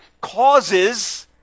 causes